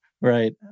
Right